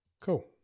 Cool